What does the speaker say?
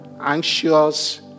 anxious